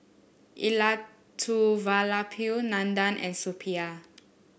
Elattuvalapil Nandan and Suppiah